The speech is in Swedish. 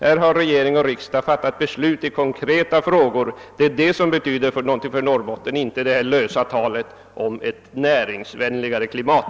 Här har regering och riksdag fattat beslut i konkreta frågor. Det är det som betyder något för Norrbotten, inte det lösa talet om ett näringsvänligt klimat.